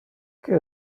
que